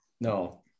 No